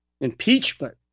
impeachment